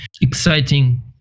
exciting